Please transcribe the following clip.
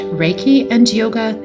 reikiandyoga